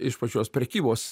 iš pačios prekybos